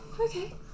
Okay